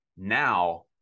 now